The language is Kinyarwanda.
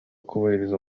kubahiriza